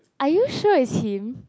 are you sure it's him